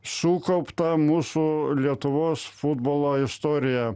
sukauptą mūsų lietuvos futbolo istoriją